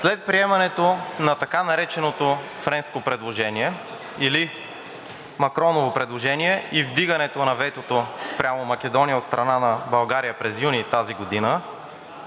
След приемането на така нареченото френско предложение, или Макроново предложение, и вдигането на ветото спрямо Македония от страна на България през юни тази година,